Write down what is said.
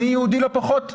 אני יהודי לא פחות ממך,